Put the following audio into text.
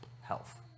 health